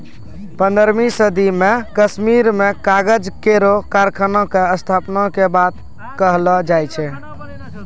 पन्द्रहवीं सदी म कश्मीर में कागज केरो कारखाना क स्थापना के बात कहलो जाय छै